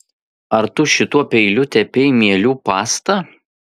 ar tu šituo peiliu tepei mielių pastą